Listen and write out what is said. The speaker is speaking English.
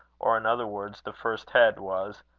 or, in other words, the first head was,